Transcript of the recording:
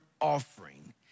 offering